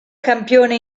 campione